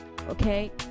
okay